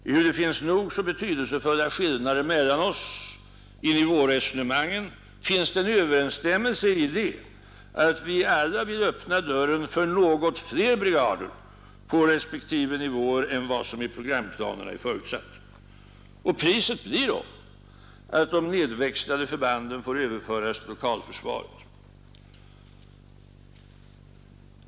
Ehuru det finns nog så betydelsefulla skillnader mellan oss i nivåresonemangen, finns överensstämmelse däri att vi alla vill öppna dörren för något flera brigader på respektive nivåer än vad som i programplanerna är förutsatt. Priset blir då att de nedväxlade förbanden får överföras till lokalförsvaret.